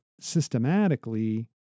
systematically